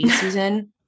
season